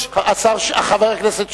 חבר הכנסת שטרית,